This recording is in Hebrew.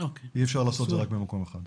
אי אפשר לעשות את זה רק במקום אחד.